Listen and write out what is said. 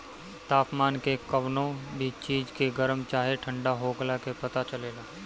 तापमान के कवनो भी चीज के गरम चाहे ठण्डा होखला के पता चलेला